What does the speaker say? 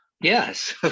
yes